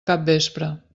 capvespre